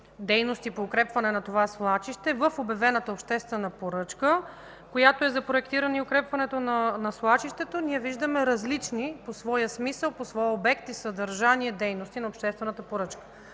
дейности по укрепване на това свлачище, в обявената обществена поръчка, която е за проектиране и укрепване на свлачището, ние виждаме различни по своя смисъл, по своя обект и съдържание дейности на обществената поръчка.